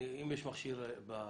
אם יש מכשיר בהסעה,